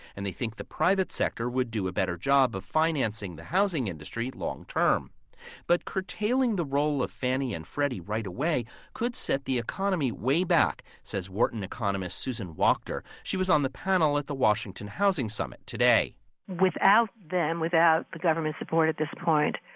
and they think the private sector would do a better job of financing the housing industry long term but curtailing the role of fannie and freddie right away could set the economy way back, says wharton economist susan wachter. she was on the panel at the washington housing summit today without them, without the government support at this point,